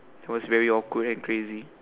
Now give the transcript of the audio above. it was very awkward and crazy